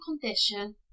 condition